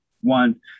one